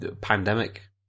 pandemic